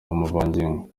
amavangingo